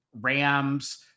Rams